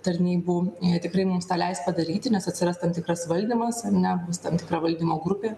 tarnybų tikrai mums tą leis padaryti nes atsiras tam tikras valdymas ar ne bus tam tikra valdymo grupė